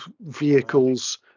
vehicles